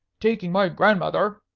taking my grandmother!